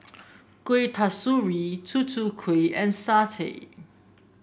Kuih Kasturi Tutu Kueh and satay